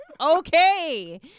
Okay